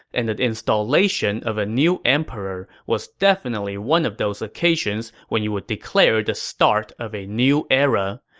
and the installation of a new emperor was definitely one of those occasions when you would declare the start of a new era.